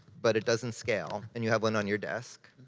but it doesn't scale, and you have one on your desk.